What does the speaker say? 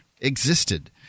existed